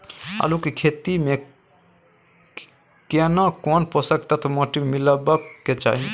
आलू के खेती में केना कोन पोषक तत्व माटी में मिलब के चाही?